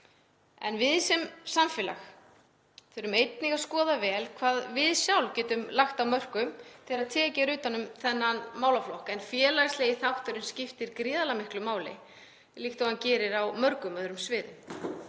Við sem samfélag þurfum einnig að skoða vel hvað við sjálf getum lagt af mörkum þegar tekið er utan um þennan málaflokk. Félagslegi þátturinn skiptir gríðarlega miklu máli líkt og hann gerir á mörgum öðrum sviðum.